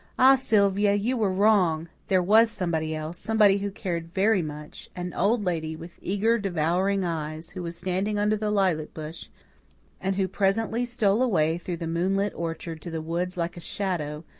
ah, sylvia, you were wrong! there was somebody else somebody who cared very much an old lady, with eager, devouring eyes, who was standing under the lilac bush and who presently stole away through the moonlit orchard to the woods like a shadow,